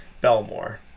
Belmore